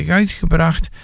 uitgebracht